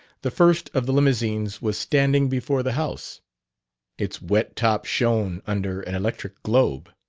the first of the limousines was standing before the house its wet top shone under an electric globe.